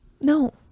No